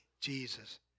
Jesus